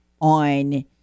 on